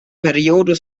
periodo